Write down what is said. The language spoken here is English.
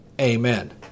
amen